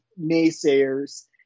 naysayers